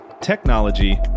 technology